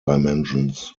dimensions